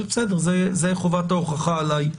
אבל בסדר, חובת ההוכחה עליי.